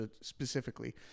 specifically